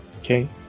Okay